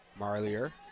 Marlier